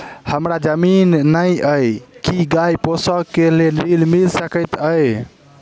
हमरा जमीन नै अई की गाय पोसअ केँ लेल ऋण मिल सकैत अई?